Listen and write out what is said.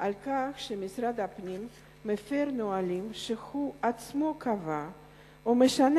על כך שמשרד הפנים מפר נהלים שהוא עצמו קבע או משנה